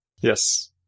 Yes